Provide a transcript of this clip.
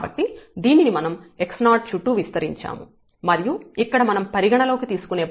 కాబట్టి దీనిని మనం x0 చుట్టూ విస్తరించాము మరియు ఇక్కడ మనం పరిగణలోకి తీసుకునే పాయింట్ x0h